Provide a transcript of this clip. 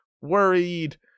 worried